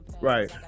Right